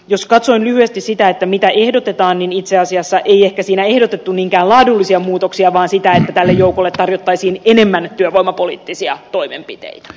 jos katson viesti siitä että mitä ehdotetaan niin itse asiassa esiin ehdotettu niinkään laadullisia muutoksia vaan sitä ei tälle joukolle tarjottaisiin enemmän jakama poliittisia toimenpiteitä